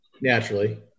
naturally